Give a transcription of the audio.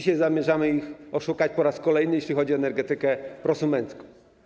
Teraz zamierzamy ich oszukać po raz kolejny, jeśli chodzi o energetykę prosumencką.